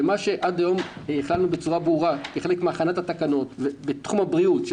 מה שעד היום החלנו בצורה ברורה כחלק מהכנת התקנות בתחום הבריאות,